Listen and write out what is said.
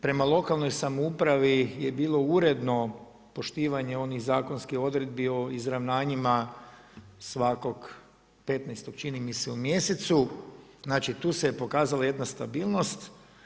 Prema lokalnoj samoupravi je bilo uredno poštivanje onih zakonskih odredbi o izravnanjima svakog 15. u mjesecu, znači tu se pokazala jedna stabilnost.